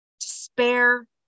despair